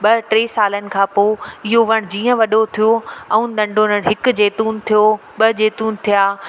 ॿ टे सालनि खां पोइ इहो वणु जीअं वॾो थियो ऐं नंढो हिकु जैतुन थियो ॿ जैतुन थिया